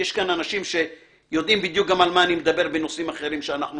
ויש כאן אנשים שיודעים בדיוק גם על מה אני מדבר בנושאים אחרים שאנחנו